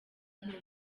nti